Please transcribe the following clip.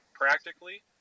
practically